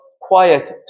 quiet